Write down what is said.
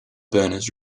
berners